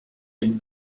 been